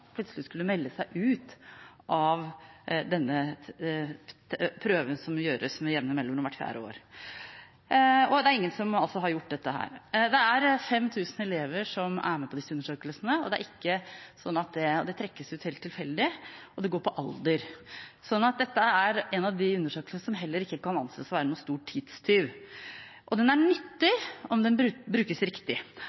plutselig skulle melde seg ut av denne prøven – som gjøres med jevne mellomrom, hvert fjerde år – og det er altså ingen som har gjort det. 5 000 elever er med på disse undersøkelsene. De trekkes ut helt tilfeldig, og det går på alder, så dette er en av de undersøkelsene som heller ikke kan anses å være noen stor tidstyv. Den er nyttig